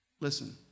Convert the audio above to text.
Listen